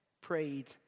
prayed